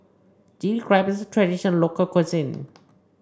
Chilli Crab is a traditional local cuisine